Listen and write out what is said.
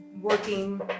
working